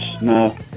no